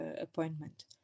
appointment